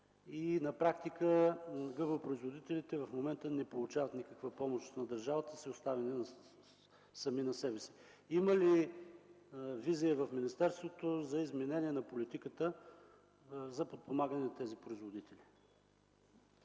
На практика гъбопроизводителите в момента не получават никаква помощ от държавата и са оставени сами на себе си. Има ли визия в министерството за изменение на политиката за подпомагане на тези производители?